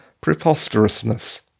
preposterousness